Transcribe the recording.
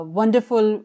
wonderful